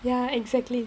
ya exactly